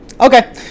Okay